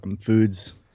foods